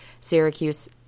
Syracuse